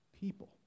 people